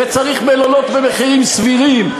וצריך מלונות במחירים סבירים,